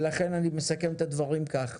לכן אני מסכם את הדברים כך: